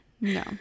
no